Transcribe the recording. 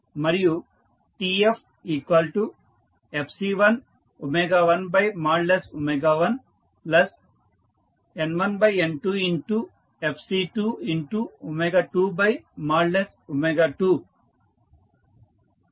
కాబట్టి J1eJ1N1N22J2 B1eB1N1N22B2 మరియు TFFc111N1N2Fc222